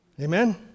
Amen